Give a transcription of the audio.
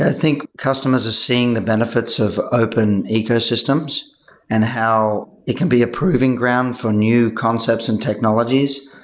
ah think customers are seeing the benefits of open ecosystems and how it can be a proving ground for new concepts and technologies.